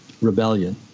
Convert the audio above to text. rebellion